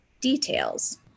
details